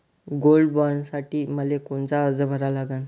Gold बॉण्डसाठी मले कोनचा अर्ज भरा लागन?